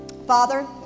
Father